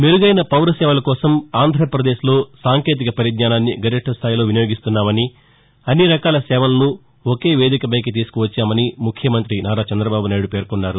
మెరుగైన పౌర సేవల కోసం ఆంధ్రప్రదేశ్లో సాంకేతిక పరిజ్ఞానాన్ని గరిష్టస్టాయిలో వినియోగిస్తున్నామని అన్ని రకాల సేవలను ఒకే వేదిక పైకి తీసుకువచ్చామని ముఖ్యమంతి నారా చంద్రబాబునాయుడు పేర్కొన్నారు